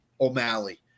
O'Malley